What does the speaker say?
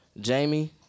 Jamie